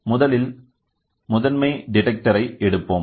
முதலில் முதன்மை டிடக்டார் ஐ எடுப்போம்